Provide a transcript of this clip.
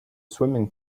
swimming